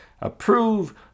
approve